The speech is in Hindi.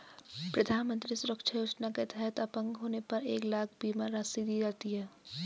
प्रधानमंत्री सुरक्षा योजना के तहत अपंग होने पर एक लाख बीमा राशि दी जाती है